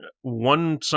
One